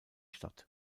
stadt